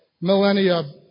millennia